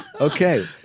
okay